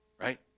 Right